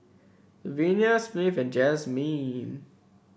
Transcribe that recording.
Luvenia Smith and Jazmyne